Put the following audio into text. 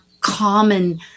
common